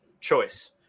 choice